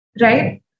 right